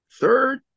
Third